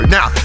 Now